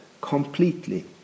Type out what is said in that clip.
completely